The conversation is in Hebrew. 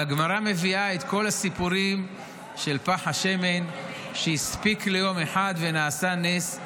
והגמרא מביאה את כל הסיפורים של פך השמן שהספיק ליום אחד ונעשה נס,